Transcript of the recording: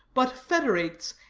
but federates,